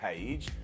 page